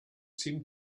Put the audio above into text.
seemed